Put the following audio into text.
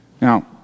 Now